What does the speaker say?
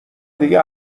دیگه